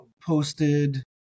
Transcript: posted